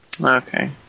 Okay